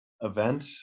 event